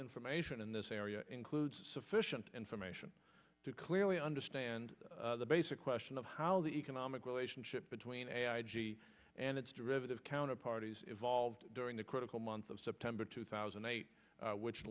information in this area includes sufficient information to clearly understand the basic question of how the economic relationship between ai g and its derivative counter parties evolved during the critical month of september two thousand and eight which